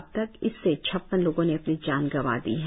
अबतक इससे छप्पन लोगों ने अपनी जान गवां दी है